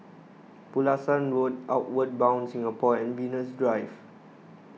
Pulasan Road Outward Bound Singapore and Venus Drive